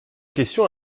question